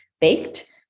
baked